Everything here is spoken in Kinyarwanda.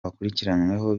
bakurikiranyweho